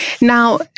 Now